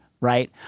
right